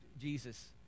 Jesus